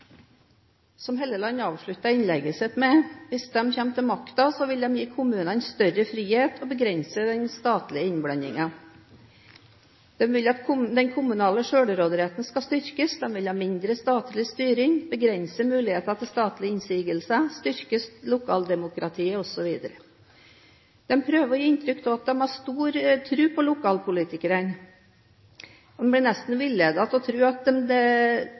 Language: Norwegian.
makta, vil de gi kommunene større frihet og begrense den statlige innblandingen, de vil at den kommunale selvråderetten skal styrkes, de vil ha mindre statlig styring, begrense muligheten til statlige innsigelser, styrke lokaldemokratiet osv. De prøver å gi inntrykk av at de har stor tro på lokalpolitikerne, og en blir nesten villedet til å tro at de deler mitt syn på at lokalkunnskap er viktig, og at vettet er jevnt fordelt her i landet. Samtidig er Høyre det